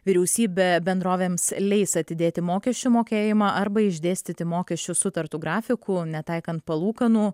vyriausybė bendrovėms leis atidėti mokesčių mokėjimą arba išdėstyti mokesčius sutartu grafiku netaikant palūkanų